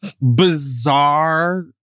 bizarre